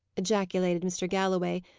ejaculated mr. galloway,